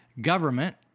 government